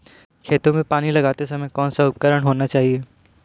खेतों में पानी लगाते समय कौन सा उपकरण होना चाहिए?